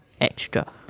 extra